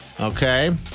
Okay